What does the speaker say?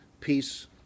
Peace